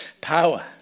Power